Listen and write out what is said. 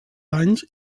danys